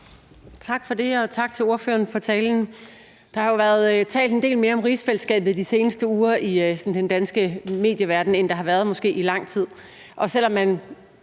Tak for det, og tak til ordføreren for talen. Der har jo været talt en del mere om rigsfællesskabet i de seneste uger i den danske medieverden, end der har været måske i lang tid.